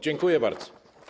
Dziękuję bardzo.